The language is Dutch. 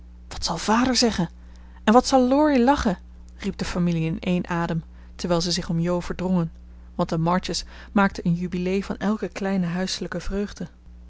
wat zal vader zeggen en wat zal laurie lachen riep de familie in één adem terwijl ze zich om jo verdrongen want de marches maakten een jubilé van elke kleine huiselijke vreugde